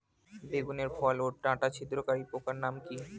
বেগুনের ফল ওর ডাটা ছিদ্রকারী পোকার নাম কি?